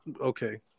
Okay